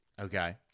Okay